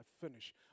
finish